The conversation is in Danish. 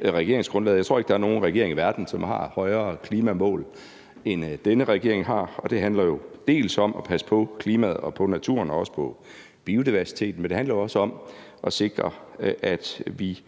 Jeg tror ikke, der er nogen regering i verden, som har højere klimamål, end denne regering har. Og det handler jo om at passe på klimaet, på naturen og også på biodiversiteten, men det handler også om at sikre, at vi